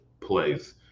plays